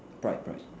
pride pride